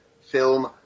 film